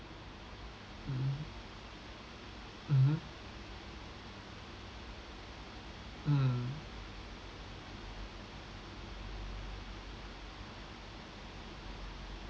mm mmhmm mm